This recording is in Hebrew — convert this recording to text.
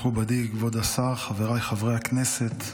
מכובדי כבוד השר, חבריי חברי הכנסת,